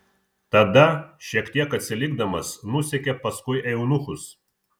tada šiek tiek atsilikdamas nusekė paskui eunuchus